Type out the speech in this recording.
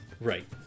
Right